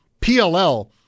PLL